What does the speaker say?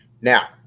Now